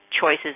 choices